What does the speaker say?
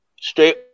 straight